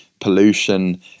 pollution